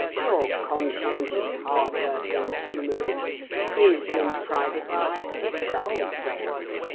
your conscientious, hard-working humorist is in private life a dull dog.